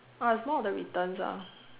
I have more of the returns ah